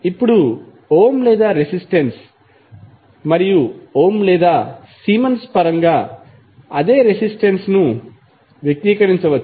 ఇప్పుడు ఓమ్ లేదా రెసిస్టెన్స్ మరియు ఓం లేదా సీమెన్స్ పరంగా అదే రెసిస్టెన్స్ ను వ్యక్తీకరించవచ్చు